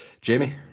Jamie